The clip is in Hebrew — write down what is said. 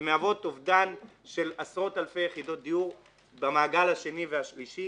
ומהוות אובדן של עשרות אלפי יחידות דיור במעגל השני והשלישי